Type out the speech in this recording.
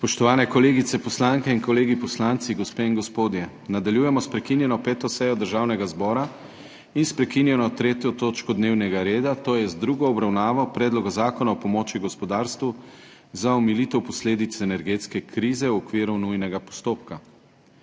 Spoštovane kolegice poslanke in kolegi poslanci, gospe in gospodje! Nadaljujemo **s prekinjeno 5. sejo Državnega zbora in s prekinjeno****3. točko dnevnega reda, to je z drugo obravnavo Predloga zakona o pomoči gospodarstvu za omilitev posledic energetske krize v okviru nujnega postopka.**